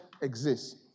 exists